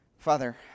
Father